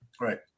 Right